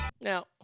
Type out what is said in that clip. Now